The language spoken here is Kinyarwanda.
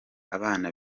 abana